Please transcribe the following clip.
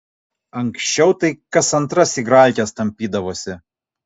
anksčiau tai kas antras igralkes tampydavosi